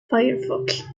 firefox